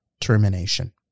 termination